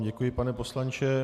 Děkuji vám, pane poslanče.